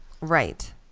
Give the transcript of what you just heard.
Right